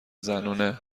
زنونه